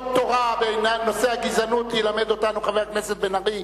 תורה בנושא הגזענות ילמד אותנו חבר הכנסת בן-ארי.